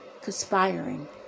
conspiring